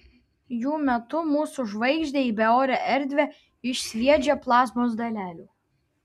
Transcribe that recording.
jų metu mūsų žvaigždė į beorę erdvę išsviedžia plazmos dalelių